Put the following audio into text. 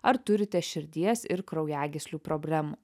ar turite širdies ir kraujagyslių problemų